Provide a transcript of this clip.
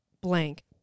blank